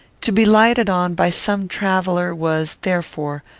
to be lighted on by some traveller was, therefore,